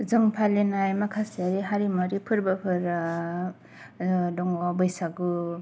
जों फालिनाय माखासे हारिमुवारि फोरबो फोरा दङ बैसागु